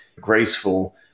graceful